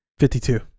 52